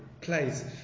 place